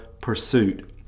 pursuit